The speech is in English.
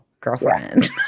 girlfriend